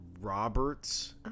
Roberts